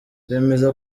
bemeza